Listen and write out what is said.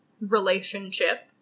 relationship